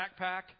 backpack